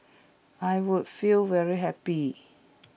I would feel very happy